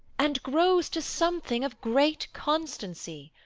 and grows to something of great constancy,